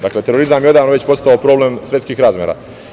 Dakle, terorizam je već odavno postao problem svetskih razmera.